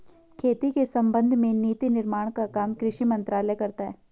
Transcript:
खेती के संबंध में नीति निर्माण का काम कृषि मंत्रालय करता है